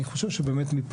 אני חושב שמפה,